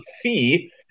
fee